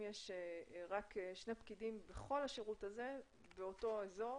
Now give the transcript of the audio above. יש רק שני פקידים בכל השירות הזה באותו אזור